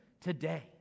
today